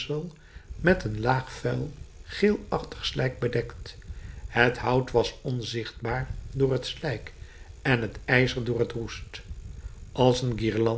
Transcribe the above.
met een laag vuil geelachtig slijk bedekt het hout was onzichtbaar door het slijk en het ijzer door het roest als